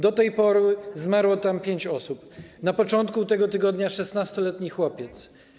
Do tej pory zmarło tam pięć osób, na początku tego tygodnia 16-letni chłopiec.